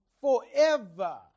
forever